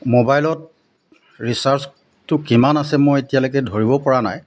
মোবাইলত ৰিচাৰ্জটো কিমান আছে মই এতিয়ালৈকে ধৰিব পৰা নাই